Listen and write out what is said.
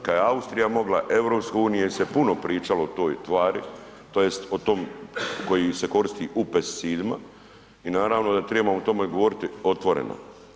Kad je Austrija mogla, u EU se puno pričalo o toj tvari, tj. o tom koji se koristi u pesticidima i naravno da trebamo o tome govoriti otvoreno.